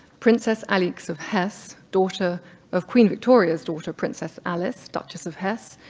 princess alix of hesse, daughter of queen victoria's daughter, princess alice, duchess of hesse,